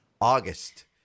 August